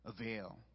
avail